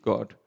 God